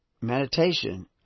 meditation